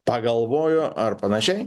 pagalvojo ar panašiai